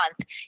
month